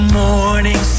morning